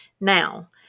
Now